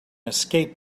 escape